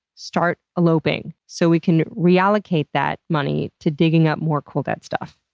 start eloping so we can reallocate that money to digging up more cool, dead stuff.